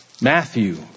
Matthew